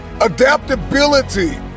adaptability